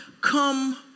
come